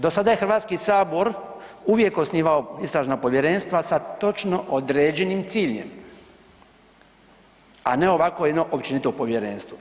Do sada je HS uvijek osnivao istražna povjerenstva sa točno određenim ciljem, a ne ovako jedno općenito povjerenstvo.